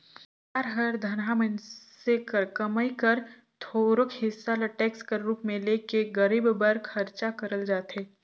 सरकार हर धनहा मइनसे कर कमई कर थोरोक हिसा ल टेक्स कर रूप में ले के गरीब बर खरचा करल जाथे